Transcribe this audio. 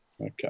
Okay